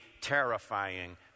terrifying